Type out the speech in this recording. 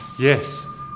Yes